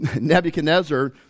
Nebuchadnezzar